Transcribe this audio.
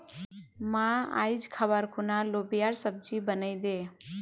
मां, आइज खबार खूना लोबियार सब्जी बनइ दे